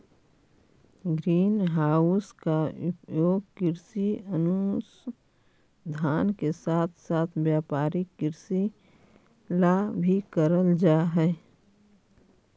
green house का उपयोग कृषि अनुसंधान के साथ साथ व्यापारिक कृषि ला भी करल जा हई